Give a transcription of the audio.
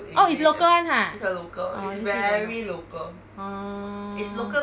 oh it's local [one] ha orh this is the orh